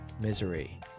misery